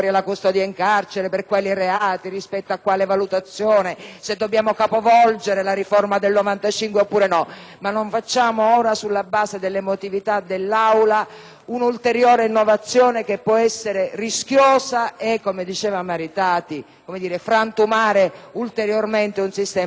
dobbiamo capovolgere la riforma del 1995 oppure no. Ma non introduciamo ora, sulla base dell'emotività dell'Aula, un'ulteriore innovazione che può essere rischiosa e che, come diceva il senatore Maritati, potrebbe frantumare ulteriormente un sistema già fortemente danneggiato dall'articolo 23 che avete approvato prima.